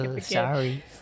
sorry